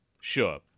sure